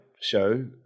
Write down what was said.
show